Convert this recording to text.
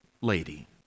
lady